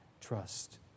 trust